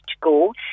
go